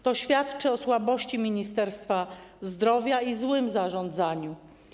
To świadczy o słabości Ministerstwa Zdrowia i złym zarządzaniu.